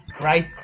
right